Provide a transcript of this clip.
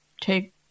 take